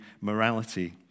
morality